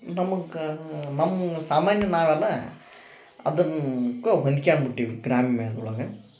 ನಮಗ ನಮ್ಮ ಸಾಮಾನ್ಯ ನಾವೆಲ್ಲಾ ಅದನ್ಕ ಬುಟ್ಟೀವಿ ಗ್ರಾಮ್ಯದೊಳಗ